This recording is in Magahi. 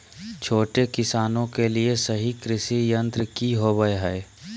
छोटे किसानों के लिए सही कृषि यंत्र कि होवय हैय?